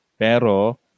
Pero